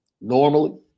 normally